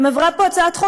אם עברה פה הצעת חוק,